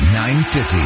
950